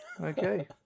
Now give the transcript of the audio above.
Okay